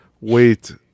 Wait